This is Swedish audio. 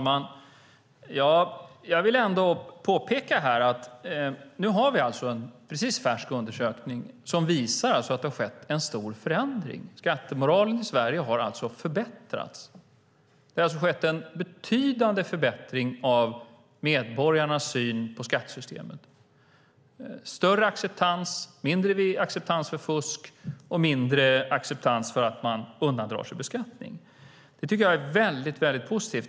Fru talman! Jag vill ändå påpeka att vi nu har en färsk undersökning som visar att det har skett en stor förändring. Skattemoralen i Sverige har förbättrats. Det har skett en betydande förbättring när det gäller medborgarnas syn på skattesystemet. Det är större acceptans. Det är mindre acceptans för fusk och mindre acceptans för att man undandrar sig beskattning. Det tycker jag är väldigt positivt.